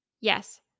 Yes